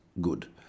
good